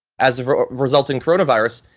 as a result in coronavirus,